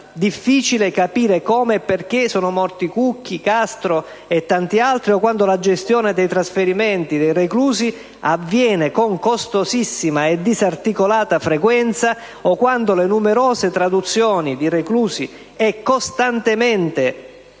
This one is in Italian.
difficile capire come e perché sono morti Cucchi, Castro e tanti altri, o quando la gestione dei trasferimenti dei reclusi avviene con costosissima e disarticolata frequenza, o quando le numerose traduzioni di reclusi è costantemente